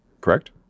correct